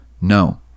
No